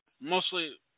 mostly